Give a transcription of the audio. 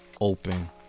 open